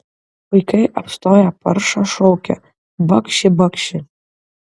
vaikai apstoję paršą šaukia bakši bakši